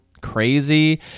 crazy